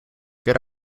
good